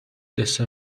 دسر